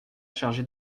chargée